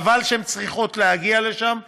חבל שהן צריכות להגיע לשם,